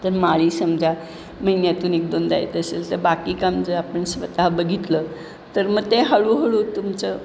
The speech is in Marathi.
तर माळी समजा महिन्यातून एक दोनदा येत असेल तर बाकी काम जर आपण स्वतः बघितलं तर मग ते हळूहळू तुमचं